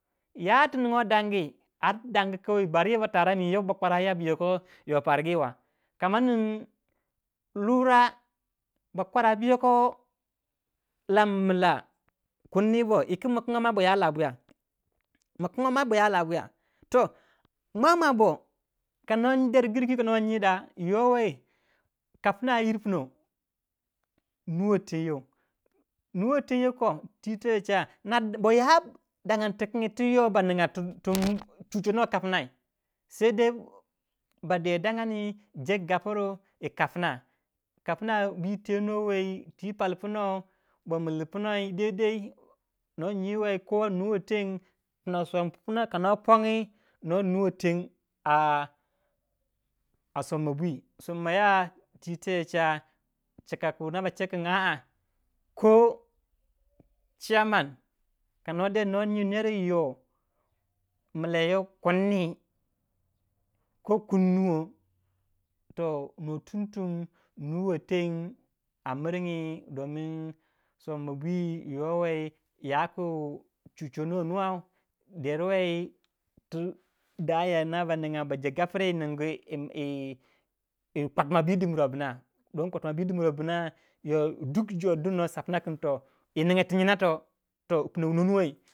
Yati ninguwei dangi ar dangu kawai bar yo ba taraminyo bakwara biyoko yo pargi wa kamanin lura bakwara bi yoko lanbu mila kunni wan ya makinguwi bo ya labuya. mua mua boh kano den yiru kano nyi da yowei kopma yir yoh nuwei ten titeye cha bo ya dangani ti kangi twi to ba ninga tu bo chuchonoi kapnai saidai ba de dangani jegu gauru yi kapma. kapma bwi tendo wei twi pal pmau ba mipume puna son tu kar no pongi no nuwei teng a somma bwi. somaya twi teye cha chika ku noba che kin aa ko ciyaman nor nyi neru yoh mila yo kunni ko kunnuwo toh nuwa tumtum nuwo teng amiringi domin somma bwi yowei ya ku cuconou nwau der wei ti daya noba ninga noba je gaure yi kwatimba bi dimr wa bna don kwatmma bi dimr bna, yo duk jor di no sapna yininga ti nyina toh.